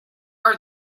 are